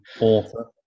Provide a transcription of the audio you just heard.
author